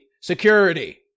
Security